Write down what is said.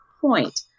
point